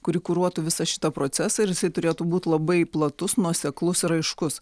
kuri kuruotų visą šitą procesą ir jisai turėtų būti labai platus nuoseklus raiškus